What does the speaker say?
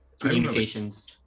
communications